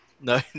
No